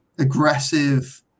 aggressive